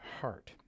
heart